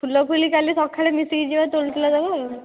ଫୁଲଫୁଲି କାଲି ସକାଳେ ମିଶିକି ଯିବା ତୋଳି ତୋଳା ଦେବା ଆଉ